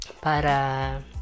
para